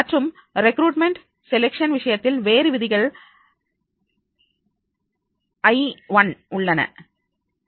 மற்றும் recruitment selection விஷயத்தில் வேறு விதிகள் ஐஒன் உள்ளன